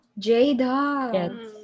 Jada